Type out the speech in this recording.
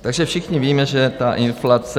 Takže všichni víme, že ta inflace...